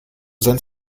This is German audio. sein